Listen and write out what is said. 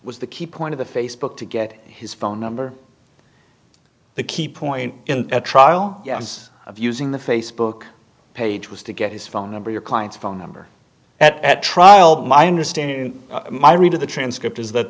was the key point of the facebook to get his phone number the key point in a trial of using the facebook page was to get his phone number your client's phone number at trial my understanding my read of the transcript is that